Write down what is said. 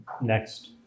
next